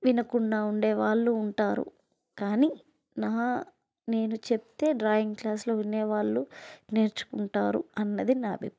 వినకుండా ఉండే వాళ్ళు ఉంటారు కానీ నా నేను చెప్తే డ్రాయింగ్ క్లాస్లో వినేవాళ్ళు నేర్చుకుంటారు అన్నది నా అభిప్రాయం